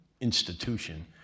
institution